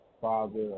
father